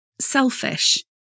selfish